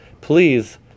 please